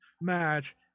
match